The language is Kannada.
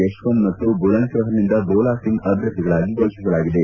ಯಶವಂತ್ ಮತ್ತು ಬುಲಂದ್ಶಪರ್ನಿಂದ ಭೋಲಾ ಸಿಂಗ್ ಅಭ್ಯರ್ಥಿಗಳಾಗಿ ಘೋಷಿಸಲಾಗಿದೆ